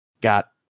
got